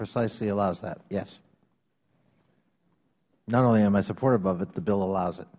precisely allows that yes not only am i supportive of it the bill allows it